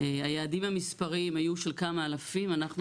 היעדים המספריים היו של כמה אלפים אבל אנחנו